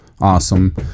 Awesome